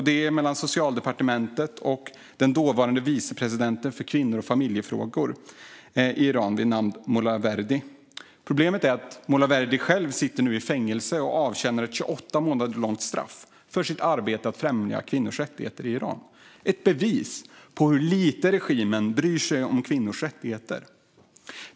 Det är mellan Socialdepartementet och den dåvarande vicepresidenten för kvinnor och familjefrågor i Iran vid namn Molaverdi. Problemet är att Molaverdi nu själv sitter i fängelse och avtjänar ett 28 månader långt straff för sitt arbete för att främja kvinnors rättigheter i Iran. Det är ett bevis på hur lite regimen bryr sig om kvinnors rättigheter.